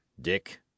Dick